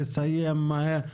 לסיים מהר,